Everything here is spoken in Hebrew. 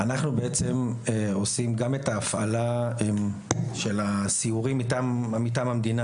אנחנו בעצם עושים גם את ההפעלה של הסיורים מטעם המדינה,